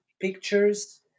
pictures